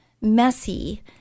messy